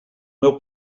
meu